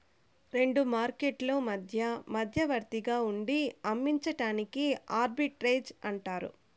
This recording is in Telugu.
రెండు మార్కెట్లు మధ్య మధ్యవర్తిగా ఉండి అమ్మించడాన్ని ఆర్బిట్రేజ్ అంటారు